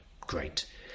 Great